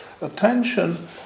attention